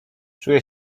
czuję